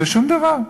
ושום דבר,